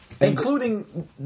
Including